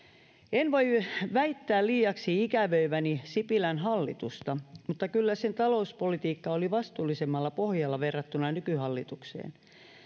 en voi väittää liiaksi ikävöiväni sipilän hallitusta mutta kyllä sen talouspolitiikka oli vastuullisemmalla pohjalla verrattuna nykyhallitukseen